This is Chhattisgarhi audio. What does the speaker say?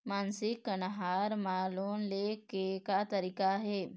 मासिक कन्हार म लोन ले के का तरीका हे?